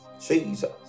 Jesus